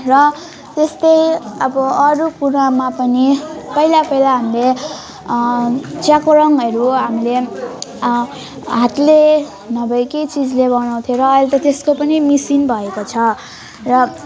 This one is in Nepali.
र त्यस्तै अब अरू कुरामा पनि पहिला पहिला हामीले चियाको रङहरू हामीले हातले नभए के चिजले बनाउँथ्यौँ र अहिले त त्यसको पनि मसिन भएको छ र